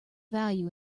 value